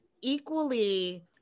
equally